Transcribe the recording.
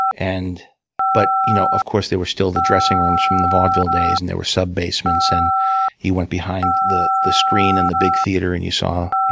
and but you know of course there were still the dressing rooms from the vaudeville days, and there were sub-basements, and you went behind the the screen in the big theater, and you saw